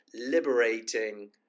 liberating